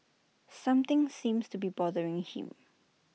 something seems to be bothering him